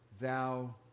thou